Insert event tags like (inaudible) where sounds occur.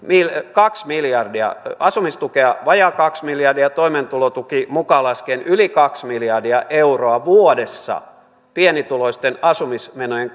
kaksi miljardia asumistukea vajaa kaksi miljardia toimeentulotuki mukaan laskien yli kaksi miljardia euroa vuodessa pienituloisten asumismenojen (unintelligible)